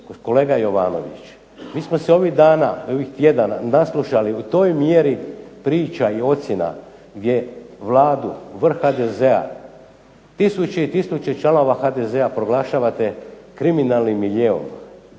Kolega Jovanović mi smo se ovih dana i ovih tjedana naslušali u toj mjeri priča i ocjena gdje Vladu, vrh HDZ-a tisuće i tisuće članova HDZ-a proglašavate kriminalnim miljeom,